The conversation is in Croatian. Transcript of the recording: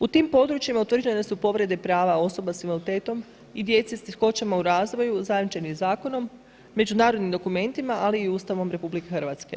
U tim područjima utvrđujem da su povrede prava osoba s invaliditetom i djece s teškoćama u razvoju zajamčeni zakonom, međunarodnim dokumentima, ali i Ustavom RH.